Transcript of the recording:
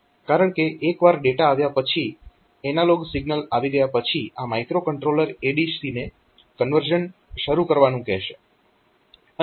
કારણકે એક વાર ડેટા આવ્યા પછી એનાલોગ સિગ્નલ આવી ગયા પછી આ માઇક્રોકન્ટ્રોલર ADC ને કન્વર્ઝન શરૂ કરવાનું કહેશે